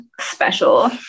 special